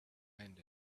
end